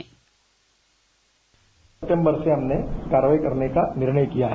bite दिसंबर से हमने कार्रवाई करने का निर्णय किया है